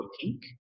peak